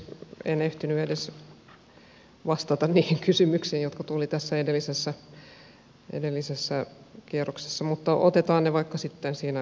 en ehtinyt edes vastata niihin kysymyksiin jotka tulivat edellisellä kierroksella mutta otetaan ne vaikka sitten siellä kuppilassa